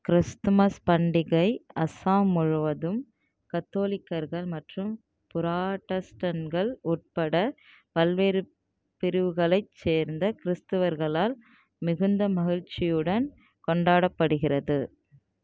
Christmas பண்டிகை அசாம் முழுவதும் கத்தோலிக்கர்கள் மற்றும் புராட்டஸ்டன்ட்கள் உட்பட பல்வேறு பிரிவுகளைச் சேர்ந்த கிறிஸ்தவர்களால் மிகுந்த மகிழ்ச்சியுடன் கொண்டாடப்படுகிறது